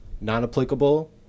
non-applicable